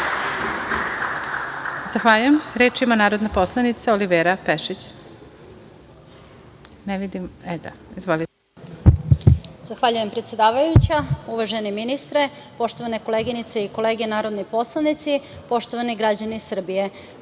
Zahvaljujem. Reč ima narodna poslanica Olivera Pešić. **Olivera Pešić** Zahvaljujem predsedavajuća. Uvaženi ministre, poštovane koleginice i kolege narodni poslanici, poštovani građani Srbije,